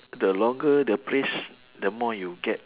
the longer the phrase the more you get